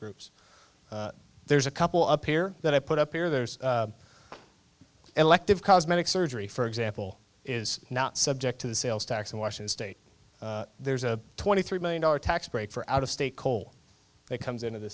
groups there's a couple up here that i put up here there's elective cosmetic surgery for example is not subject to the sales tax in washington state there's a twenty three million dollars tax break for out of state coal that comes into the